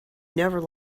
never